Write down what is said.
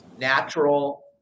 natural